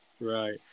Right